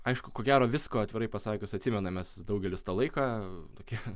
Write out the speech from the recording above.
aišku ko gero visko atvirai pasakius atsimename mes daugelis tą laiką tokie